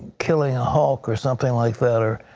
killing a hawk or something like that, or,